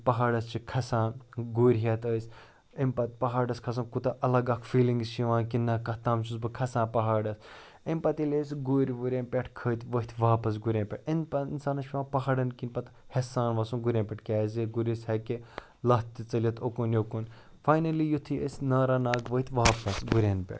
پہاڑَس چھِ کھسان گُرۍ ہٮ۪تھ أسۍ اَمہِ پَتہٕ پہاڑَس کھسُن کوٗتاہ اَلگ اَکھ فیٖلِنٛگٕس چھِ یِوان کہِ نَہ کَتھ تام چھُس بہٕ کھسان پہاڑَس اَمہِ پَتہٕ ییٚلہِ أسۍ گُرۍ وُرٮ۪ن پٮ۪ٹھ کھٔتۍ ؤتھۍ واپَس گُرٮ۪ن پٮ۪ٹھ اَمہِ پَتہٕ اِنسانَس چھِ پٮ۪وان پہاڑَن کِنۍ پَتہٕ ہٮ۪س سان وَسُن گُرٮ۪ن پٮ۪ٹھ کیٛازِ گُرِس ہیٚکہِ لَتھ تہِ ژٔلِتھ اُکُن یُکُن فاینٔلی یُتھُے أسۍ ناراناگ ؤتھۍ واپَس گُرٮ۪ن پٮ۪ٹھ